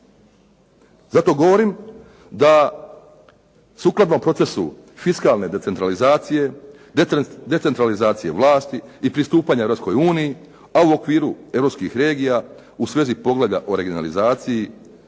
Zato govorim da sukladno procesu fiskalne decentralizacije, decentralizacije vlasti i pristupanja Europskoj uniji, a u okviru europskih regija u svezi poglavlja o regionalizaciji,